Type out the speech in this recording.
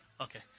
Okay